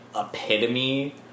epitome